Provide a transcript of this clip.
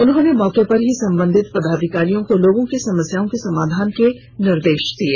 उन्होंने मौके पर ही संबंधित पदाधिकारियों को लोगों की समस्याओं के समाधान के निर्देश दिये